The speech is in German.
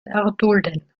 erdulden